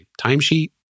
timesheet